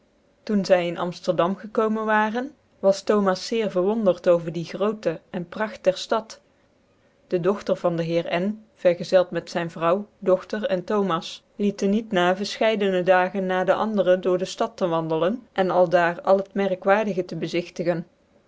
doe zy in amitcrdam gekomen waren was thomas zeer verwondert over die groote en pragt der stad dc dogter vasi de heer n vergezeld met zyn vrouw dogtcr en thomas lieten niet na vcrfchcidc dagen na den anderen door dc stad tc wandelen en aldaar al het merkwaardige te bezigtigen